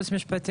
היועץ המשפטי,